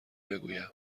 بگویم